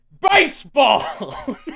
baseball